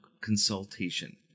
consultation